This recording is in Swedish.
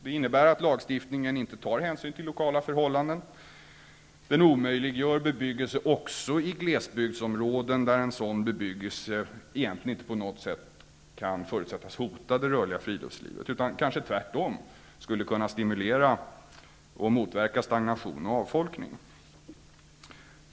Det innebär att lagstiftningen inte tar hänsyn till lokala förhållanden. Den omöjliggör bebyggelse också i glesbygdsområden där en sådan bebyggelse inte på något sätt kan förutsättas hota det rörliga friluftslivet, utan kanske tvärtom skulle kunna utgöra en stimulans och motverka stagnation och avfolkning.